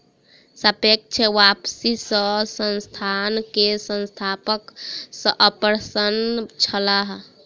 सापेक्ष वापसी सॅ संस्थान के संस्थापक अप्रसन्न छलाह